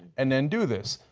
and then do this.